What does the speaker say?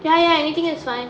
ya ya anything is fine